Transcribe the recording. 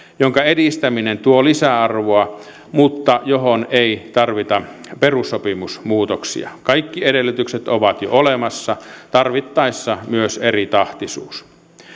jonka edistäminen tuo lisäarvoa mutta johon ei tarvita perussopimusmuutoksia kaikki edellytykset ovat jo olemassa tarvittaessa myös eritahtisuus